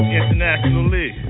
internationally